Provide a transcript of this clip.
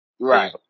Right